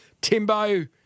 Timbo